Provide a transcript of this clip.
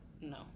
no